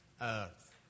earth